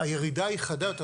הירידה היא חדה יותר.